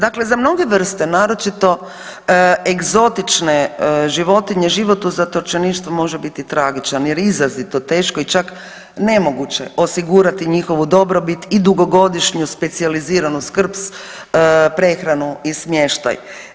Dakle, za mnoge vrste naročito egzotične životinje život u zatočeništvu može biti tragičan jer je izrazito teško i čak nemoguće osigurati njihovu dobrobit i dugogodišnju specijaliziranu skrb, prehranu i smještaj.